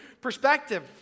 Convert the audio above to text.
perspective